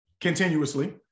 Continuously